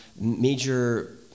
major